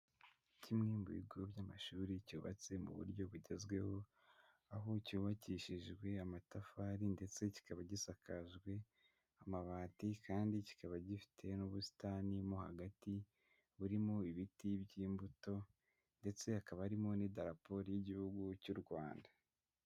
Kimwe mu bigo by'amashuri cyubatse mu buryo bugezweho, aho cyubakishijwe amatafari ndetse kikaba gisakajwe, amabati kandi kikaba gifite n'ubusitani mo hagati, burimo ibiti by'imbuto ndetse hakaba harimo n'idaraporo ry'igihugu cy'u Rwanda.